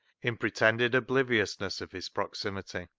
in pretended obliviousness of his proximity.